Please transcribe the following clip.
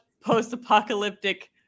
post-apocalyptic